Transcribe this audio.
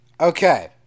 Okay